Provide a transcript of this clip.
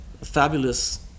fabulous